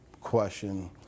question